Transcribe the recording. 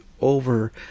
over